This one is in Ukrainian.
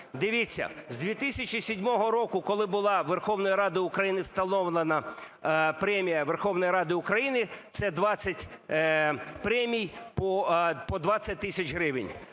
Дивіться, з 2007 року, коли була Верховною Радою України встановлена Премія Верховної Ради України - це 20 премій по 20 тисяч гривень,